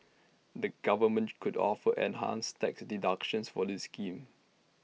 the government could offer enhanced tax deductions for this scheme